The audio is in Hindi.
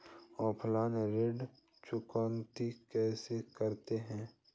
ऑफलाइन ऋण चुकौती कैसे करते हैं?